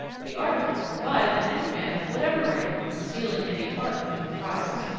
the articles provide that any man of whatever rank concealing any part of a prize,